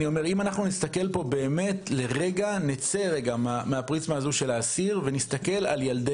אם נצא לרגע מהפריזמה של האסיר ונסתכל על ילדי